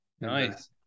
Nice